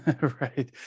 Right